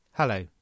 Hello